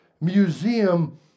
museum